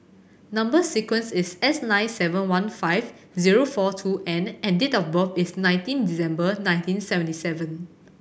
number sequence is S nine seven one five zero four two N and date of birth is nineteen December nineteen seventy seven